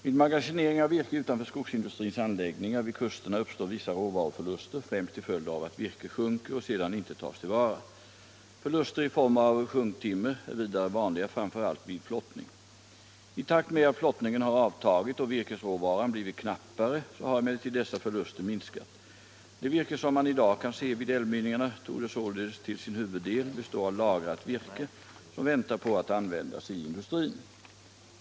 Vid magasinering av virke utanför skogsindustrins anläggningar vid kusterna uppstår vissa råvaruförluster främst till följd av att virke sjunker och sedan inte tas till vara. Förluster i form av sjunktimmer är vidare vanliga framför allt vid flottning. I takt med att flottningen har avtagit och virkesråvaran blivit knappare har emellertid dessa förluster minskat. Det virke som man i dag kan se vid älvmynningarna torde således till sin huvuddel bestå av lagrat virke som väntar på att användas i industrin.